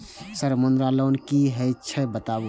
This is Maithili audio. सर मुद्रा लोन की हे छे बताबू?